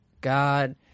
God